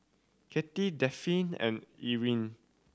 Katy Dafne and Irine